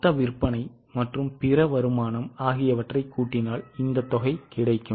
மொத்த விற்பனை மற்றும் பிற வருமானம் ஆகியவற்றை கூட்டினால் இந்த தொகை கிடைக்கும்